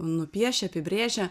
nupiešia apibrėžia